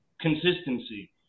consistency